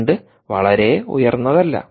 current വളരെ ഉയർന്നതല്ല